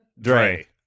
Dre